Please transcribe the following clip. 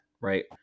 Right